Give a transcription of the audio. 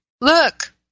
look